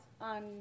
on